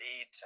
eat